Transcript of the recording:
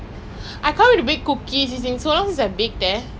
ya !wow! we already in september september's gonna finish leh